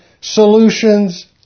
solutions